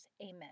Amen